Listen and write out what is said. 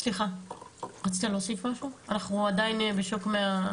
אנחנו עדיין בשוק.